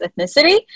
ethnicity